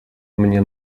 мне